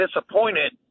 disappointed